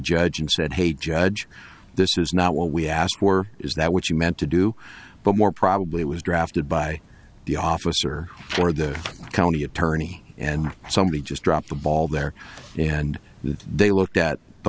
judge and said hey judge this is not what we asked for is that what you meant to do but more probably was drafted by the officer or the county attorney and somebody just dropped the ball there and they looked at the